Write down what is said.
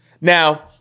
Now